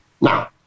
Now